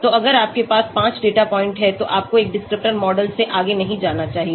तो अगर आपके पास 5 डेटा पॉइंट हैं तो आपको एक डिस्क्रिप्टर मॉडल से आगे नहीं जाना चाहिए